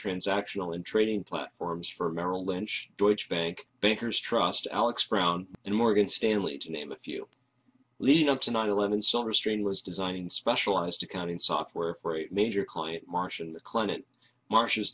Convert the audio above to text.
transactional in training platforms for merrill lynch deutsche bank bankers trust alex brown and morgan stanley to name a few leading up to nine eleven so restrain was designing specialized accounting software for a major client marcion the climate marsh